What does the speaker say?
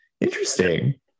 interesting